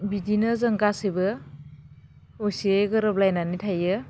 बिदिनो जों गासैबो खौसेयै गोरोबलायनानै थायो